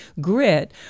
grit